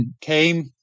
came